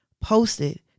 posted